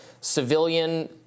civilian